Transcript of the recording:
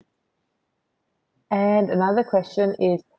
and another question is